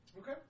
Okay